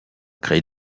créé